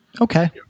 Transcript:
Okay